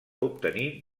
obtenir